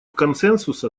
консенсуса